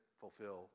fulfill